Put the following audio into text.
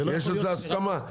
יש לזה הסכמה?